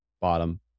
bottom